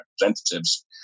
representatives